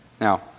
Now